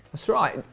that's right.